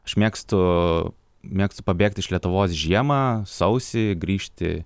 aš mėgstu mėgstu pabėgti iš lietuvos žiemą sausį grįžti